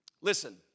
listen